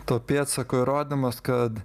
to pėdsako įrodymas kad